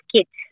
Kids